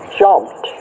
jumped